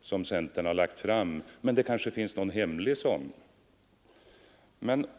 som centern har lagt fram. Men det kanske finns någon hemlig plan, undrade statsministern.